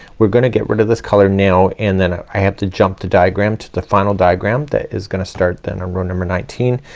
we're gonna get rid of this color now and then i have to jump to diagram to the final diagram that is gonna start then on row number nineteen.